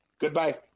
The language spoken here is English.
Goodbye